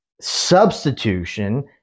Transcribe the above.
substitution